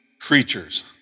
creatures